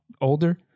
older